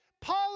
Paul